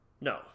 No